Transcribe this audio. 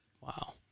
Wow